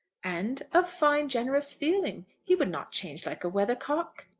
and of fine generous feeling. he would not change like a weather-cock.